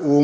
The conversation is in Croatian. U